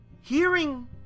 hearing